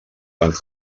van